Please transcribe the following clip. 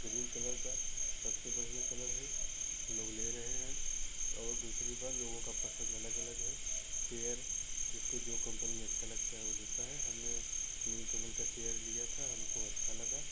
green colour का सबसे बढियाँ कलर है लोग ले रहे हैं और दूसरी बात लोगो का पसंद अलग अलग है चेयर जिसको जो कम्पनी अच्छा लगता है वो लेता है हमने नीलकमल का चेयर लिया था हमको अच्छा लगा